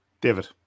David